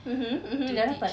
mmhmm mmhmm dah dapat